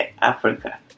Africa